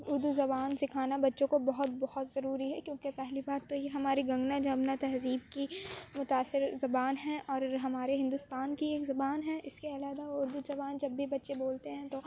اُردو زبان سکھانا بچوں کو بہت بہت ضروری ہے کیوںکہ پہلی بات تو یہ ہماری گنگنا جمنا تہذیب کی متاثر زبان ہے اور ہمارے ہندوستان کی ایک زبان ہے اِس کے علیحدہ اور بھی زبان جب بھی بچے بولتے ہیں تو